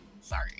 sorry